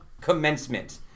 commencement